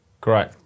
Great